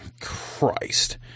Christ